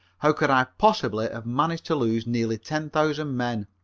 how could i possibly have managed to lose nearly ten thousand men?